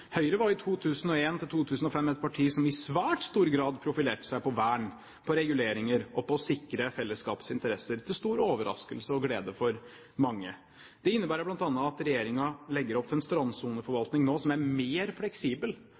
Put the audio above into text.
Høyre var i 2001 til 2005 et parti som i svært stor grad profilerte seg på vern, på reguleringer og på å sikre fellesskapets interesser, til stor overraskelse og glede for mange. Det innebærer bl.a. at regjeringen legger opp til en strandsoneforvaltning nå som er mer fleksibel